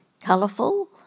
colourful